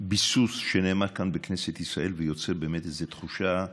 ביסוס שנאמר כאן בכנסת ישראל ויוצר באמת איזו תחושה של,